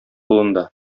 кулында